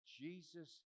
Jesus